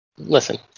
Listen